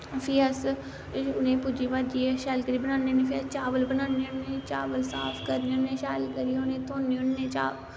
फ्ही अस उने भुज्जी भज्जियै शैल करियै बनाने होन्ने फिर चावल बनान्ने होन्ने चावल साफ करने होन्ने शैल करियै उनें धोन्ने होन्ने